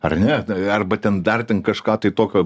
ar ne arba ten dar ten kažką tai tokio